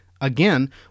again